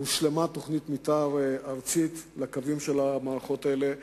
הושלמה תוכנית מיתאר ארצית לקווים של המערכות האלה.